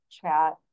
Chat